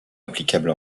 applicable